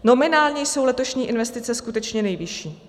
Nominálně jsou letošní investice skutečně nejvyšší.